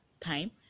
time